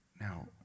now